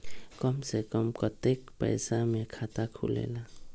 कम से कम कतेइक पैसा में खाता खुलेला?